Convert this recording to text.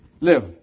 live